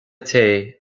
tae